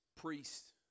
Priests